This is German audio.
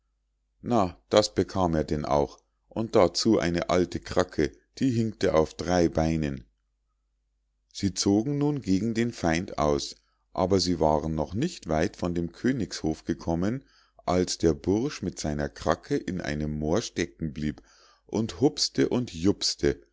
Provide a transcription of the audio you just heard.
na das bekam er denn auch und dazu eine alte kracke die hinkte auf drei beinen sie zogen nun gegen den feind aus aber sie waren noch nicht weit von dem königshof gekommen als der bursch mit seiner kracke in einem moor stecken blieb und hups'te und